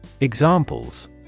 Examples